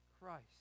Christ